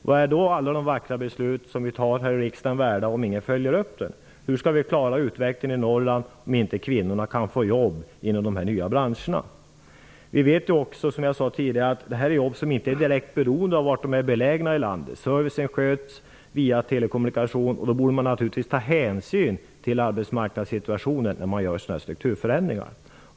Vad är alla de vackra beslut som vi fattar här i riksdagen värda om ingen följer upp dem? Hur skall vi klara utvecklingen i Norrland om inte kvinnorna kan få jobb inom de här nya branscherna? Som jag sade tidigare är det här jobb som inte är direkt beroende av var i landet de är belägna, eftersom servicen sköts via telekommunikation. Då borde man naturligtvis ta hänsyn till arbetsmarknadssituationen när man företar strukturförändringar.